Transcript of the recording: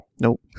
Nope